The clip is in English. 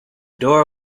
door